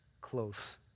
close